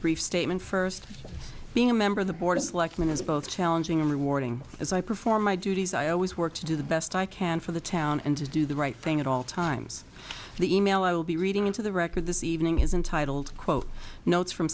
brief statement first being a member of the board of selectmen as both challenging and rewarding as i perform my duties i always work to do the best i can for the town and to do the right thing at all times the e mail i will be reading into the record this evening is entitled to quote notes from